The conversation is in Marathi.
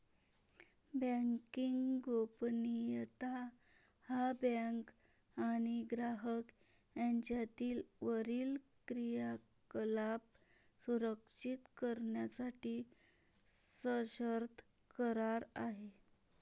बँकिंग गोपनीयता हा बँक आणि ग्राहक यांच्यातील वरील क्रियाकलाप सुरक्षित करण्यासाठी सशर्त करार आहे